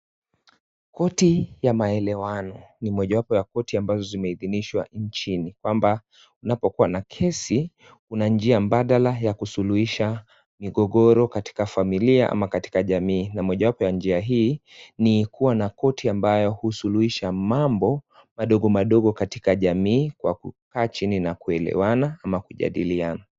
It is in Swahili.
Koti ya maelewano ni mojawapo ya koti ambazo zimeidhinishwa nchini, kwamba unapokua na kesi kuna njia mbadala ya kusuluhisha migogoro katika familia ama katika jamii, na mojawapo wa njia hii ni kuwa na koti ambayo husuluhisha mambo, madogo madogo katika jamii kwa kukaa chini na kuelewana ama kujadiliana.